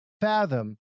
fathom